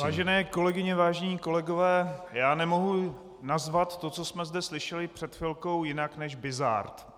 Vážené kolegyně, vážení kolegové, já nemohu nazvat to, co jsme zde slyšeli před chvilkou, jinak než bizard.